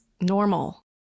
normal